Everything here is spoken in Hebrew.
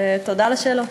ותודה על השאלות.